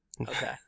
Okay